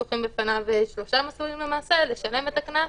פתוחים בפניו שלושה מסלולים למעשה: לשלם את הקנס,